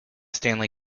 stanley